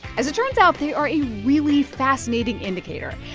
as it turns out, they are a really fascinating indicator.